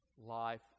life